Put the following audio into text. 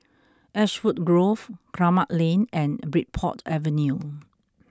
Ashwood Grove Kramat Lane and Bridport Avenue